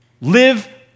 Live